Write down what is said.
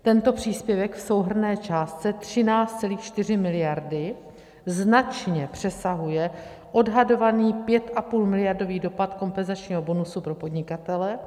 Tento příspěvek v souhrnné částce 13,4 mld. značně přesahuje odhadovaný 5,5miliardový dopad kompenzačního bonusu pro podnikatele.